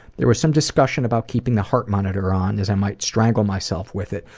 there was some discussion about keeping the heart monitor on, as i might strangle myself with it,